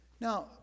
Now